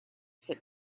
sit